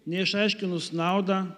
neišaiškinus naudą